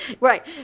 right